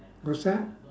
what's that